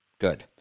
Good